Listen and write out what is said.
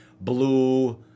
blue